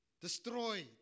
destroy